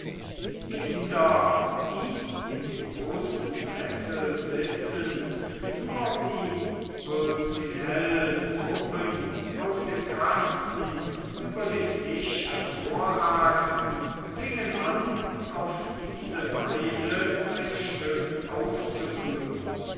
die kinder die in dem großen sessel sitzend nur wie pulcinellpuppen aus dem kasten über den tisch hervorragten fingen an auf diese weise ein stück aufzuführen